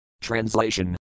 Translation